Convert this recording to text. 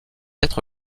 être